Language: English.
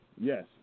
Yes